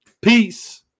Peace